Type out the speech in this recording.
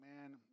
man